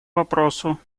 вопросу